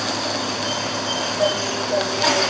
लकड़ी कंडे